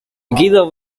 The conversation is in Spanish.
guido